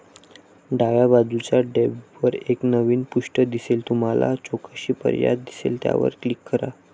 डाव्या बाजूच्या टॅबवर एक नवीन पृष्ठ दिसेल तुम्हाला चौकशी पर्याय दिसेल त्यावर क्लिक करा